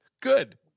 good